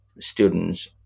students